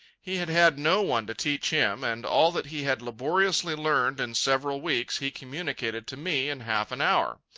he had had no one to teach him, and all that he had laboriously learned in several weeks he communicated to me in half an hour.